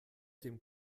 dem